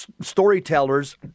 storytellers